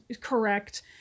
correct